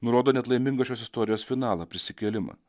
nurodo net laimingą šios istorijos finalą prisikėlimą